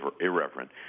irreverent